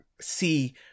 see